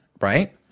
right